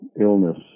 illness